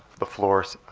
the floors.